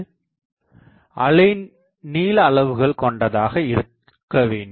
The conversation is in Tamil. இதன் அளவானது குறைந்தது சில அலைநீள அளவுகள் கொண்டதாக இருக்க வேண்டும்